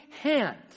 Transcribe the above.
hand